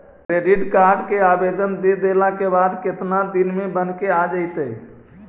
Credit card के आवेदन दे देला के बाद केतना दिन में बनके आ जइतै?